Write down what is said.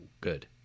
good